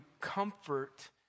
comfort